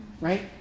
Right